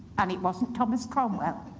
and it wasn't thomas cromwell.